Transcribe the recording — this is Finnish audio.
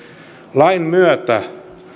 lain myötä